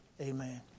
Amen